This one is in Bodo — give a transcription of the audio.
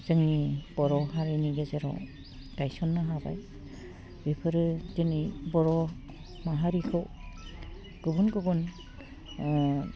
जोंनि बर' हारिनि गेजेराव गायसननो हाबाय बेफोरो दिनै बर' माहारिखौ गुबुन गुबुन